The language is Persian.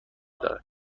دارد